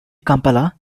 kampala